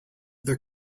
their